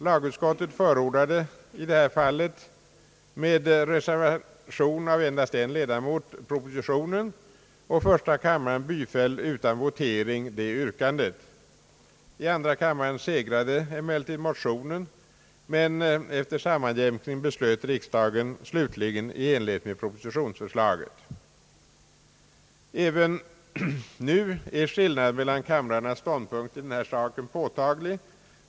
Lagutskottet förordade i detta fall propositionen med reservation av endast en ledamot, och första kammaren biföll utan votering detta yrkande. I andra kammaren segrade emellertid motionen, men efter sammanjämkning beslöt riksdagen slutligen i enlighet med propositionsförslaget. Även nu är skillnaden mellan kamrarnas ståndpunkter i denna fråga påtaglig.